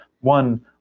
One